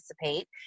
participate